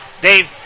Dave